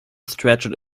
stretched